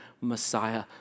Messiah